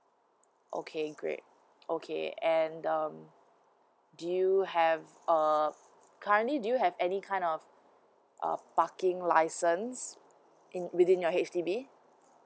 okay great okay and the do you have err currently do you have any kind of uh parking license in within your H_D_B